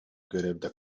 görevde